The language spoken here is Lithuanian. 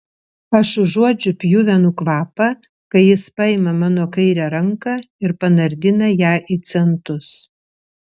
aš užuodžiu pjuvenų kvapą kai jis paima mano kairę ranką ir panardina ją į centus